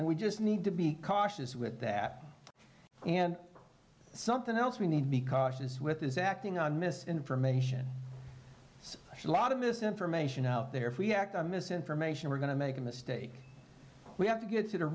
and we just need to be cautious with that and something else we need to be cautious with is acting on misinformation should a lot of misinformation out there if we act on misinformation we're going to make a mistake we have to get to the